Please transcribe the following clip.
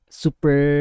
super